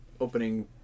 opening